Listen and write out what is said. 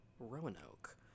roanoke